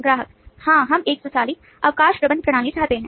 ग्राहक हाँ हम एक स्वचालित अवकाश प्रबंधन प्रणाली चाहते हैं